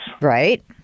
Right